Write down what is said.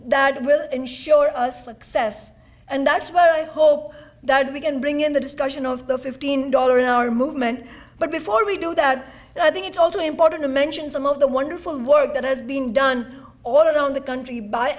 that will ensure success and that's what i hope that we can bring in the discussion of the fifteen dollars an hour movement but before we do that i think it's also important to mention some of the wonderful work that has been done all around the country by